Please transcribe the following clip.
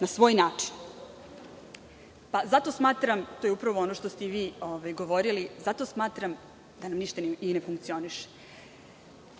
na svoj način. Zato smatram, to je upravo ono što ste i vi govorili, da nam ništa i ne funkcioniše